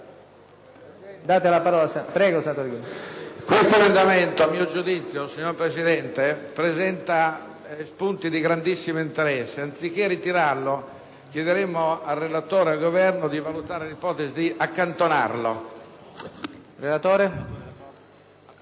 questo emendamento, a mio giudizio, presenta spunti di grandissimo interesse: anziché ritirarlo, chiederemmo al relatore ed al Governo di valutare l'ipotesi di accantonarlo.